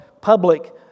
public